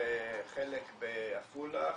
חלק בעפולה,